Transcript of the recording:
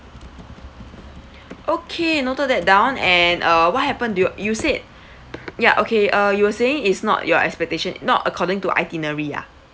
okay noted that down and uh what happened do you you said ya okay uh you were saying is not your expectation not according to itinerary ah